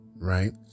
Right